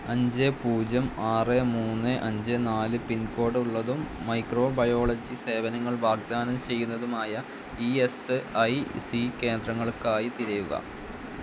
അഞ്ച് പൂജ്യം ആറ് മൂന്ന് അഞ്ച് നാല് പിൻകോഡ് ഉള്ളതും മൈക്രോബയോളജി സേവനങ്ങൾ വാഗ്ദാനം ചെയ്യുന്നതുമായ ഇ എസ് ഐ സി കേന്ദ്രങ്ങൾക്കായി തിരയുക